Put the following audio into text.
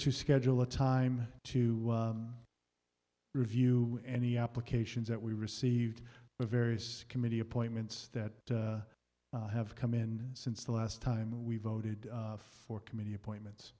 to schedule a time to review any applications that we received the various committee appointments that have come in since the last time we voted for committee appointments